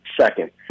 Second